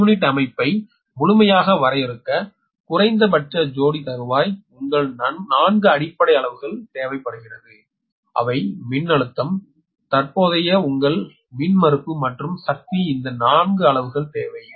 ஒரு யூனிட் அமைப்பை முழுமையாக வரையறுக்க குறைந்தபட்ச ஜோடி தறுவாய் உங்கள் நான்கு அடிப்படை அளவுகள் தேவைப்படுகிறது அவை மின்னழுத்தம் தற்போதைய உங்கள் மின்மறுப்பு மற்றும் சக்தி இந்த நான்கு அளவுகள் தேவை